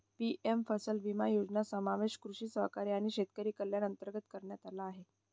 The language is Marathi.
पी.एम फसल विमा योजनेचा समावेश कृषी सहकारी आणि शेतकरी कल्याण अंतर्गत करण्यात आला आहे